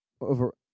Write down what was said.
over